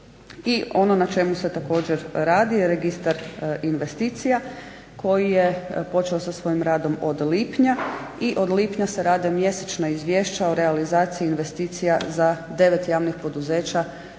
ono na čemu se također radi je registar investicija koji je počeo sa svojim radom od lipnja i od lipnja se rade mjesečna izvješća o realizaciji investicija za 9 javnih poduzeća